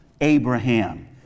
Abraham